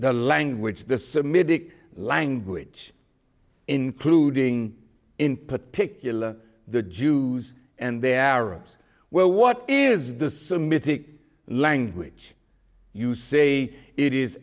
the language the semitic language including in particular the jews and their arabs well what is the semitic language you say it is